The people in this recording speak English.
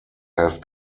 have